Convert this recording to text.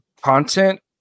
content